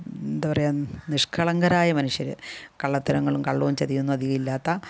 എന്താണ് പറയുക നിഷ്കളങ്കരായ മനുഷ്യർ കള്ളത്തരങ്ങളും കള്ളവും ചതിയും ഒന്നും അധികം ഇല്ലാത്ത